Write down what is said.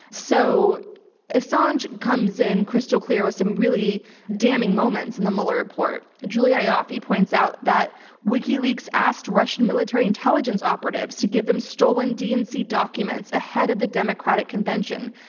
so assange comes in crystal clear with some really damning moments in the mueller report. julia ioffe points out that wikileaks asked russian military intelligence operatives to give them stolen dnc documents ahead of the democratic convention,